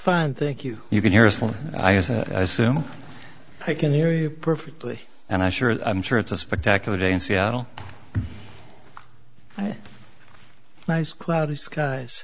fine thank you you can hear a song i can hear you perfectly and i'm sure i'm sure it's a spectacular day in seattle nice cloudy skies